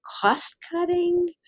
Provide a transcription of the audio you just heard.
cost-cutting